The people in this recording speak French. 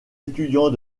étudiants